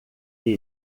que